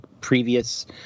previous